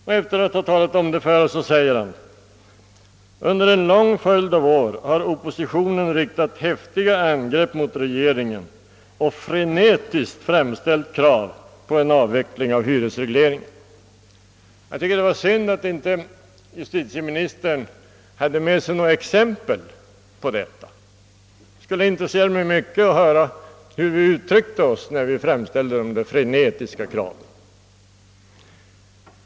Därefter sade han: »Under en lång följd av år har oppositionen riktat häftiga angrepp mot regeringen och frenetiskt framställt krav på en avveckling av hyresregleringen.» Jag tycker det var synd att justitieministern inte angav några exempel härpå. Det skulle intressera mig mycket att höra hur vi uttryckte oss när vi framställde dessa frenetiska krav.